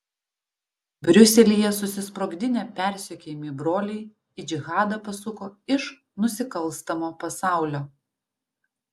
briuselyje susisprogdinę persekiojami broliai į džihadą pasuko iš nusikalstamo pasaulio